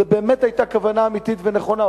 זו באמת היתה כוונה אמיתית ונכונה,